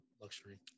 Luxury